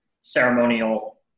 ceremonial